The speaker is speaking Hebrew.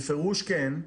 בפירוש כן.